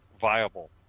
viable